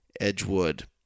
Edgewood